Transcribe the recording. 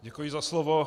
Děkuji za slovo.